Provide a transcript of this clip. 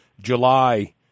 July